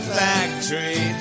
factory